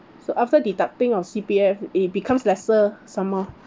so after deducting our C_P_F it becomes lesser some more